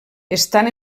estan